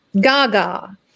gaga